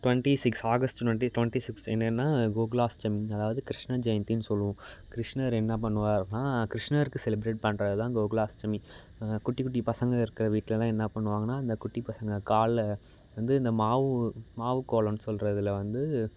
twenty six August twenty twenty six என்னென்னா கோகுலாஷ்டமி அதாவது கிருஷ்ண ஜெயந்தின்னு சொல்வோம் கிருஷ்ணர் என்ன பண்ணுவார் அப்டினா கிருஷ்ணருக்கு செலிப்ரேட் பண்ணுறது தான் கோகுலாஷ்டமி குட்டி குட்டி பசங்க இருக்கிற வீட்டிலலாம் என்ன பண்ணுவாங்கனா இந்த குட்டி பசங்க காலை வந்து இந்த மாவு மாவு கோலம்னு சொல்கிறதுல வந்து